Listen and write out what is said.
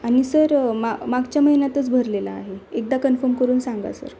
आणि सर मा मागच्या महिन्यातच भरलेला आहे एकदा कन्फर्म करून सांगा सर